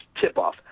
tip-off